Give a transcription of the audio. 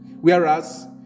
Whereas